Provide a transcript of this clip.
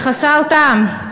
זה חסר טעם.